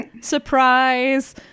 surprise